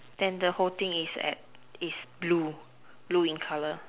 then the whole thing is at is blue blue in colour